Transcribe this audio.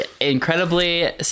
incredibly